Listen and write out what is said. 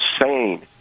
insane